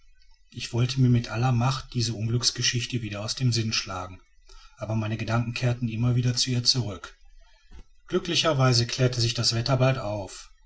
ich wollte mir mit aller macht diese unglücksgeschichte wieder aus dem sinn schlagen aber meine gedanken kehrten immer wieder zu ihr zurück glücklicherweise klärte sich das wetter bald auf